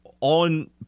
on